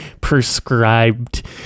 prescribed